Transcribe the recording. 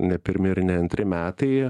ne pirmi ir ne antri metai